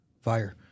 Fire